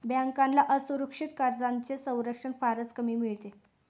बँकांना असुरक्षित कर्जांचे संरक्षण फारच कमी मिळते